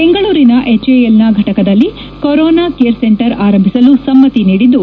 ಬೆಂಗಳೂರಿನ ಎಚ್ಎಎಲ್ನ ಫಟಕದಲ್ಲಿ ಕೊರೋನಾ ಕೇರ್ ಸೆಂಟರ್ ಆರಂಭಿಸಲು ಸಮ್ನತಿ ನೀಡಿದ್ದು